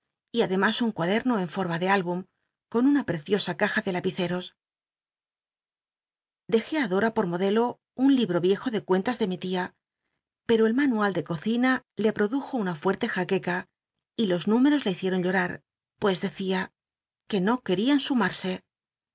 y ademas un cuaderno en forma de album con una preciosa caja de lapiceros dejé i dora por modelo un libro iejo de cuentas de mi tia pero el manual de cocina le produjo una fuerte jac ueca y los números la hicieron llomr pues decía ce que no querian